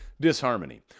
disharmony